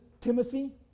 Timothy